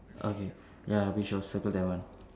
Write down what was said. okay ya we shall circle that one